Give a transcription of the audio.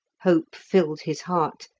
hope filled his heart,